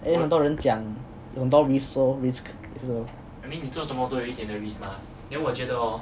and then 很多人讲有很多 risk lor risk 就是